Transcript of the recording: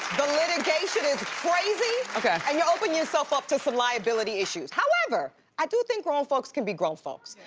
the litigation is crazy. okay. and you're opening yourself up to some liability issues. however, i do think grown folks can be grown folks.